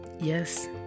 Yes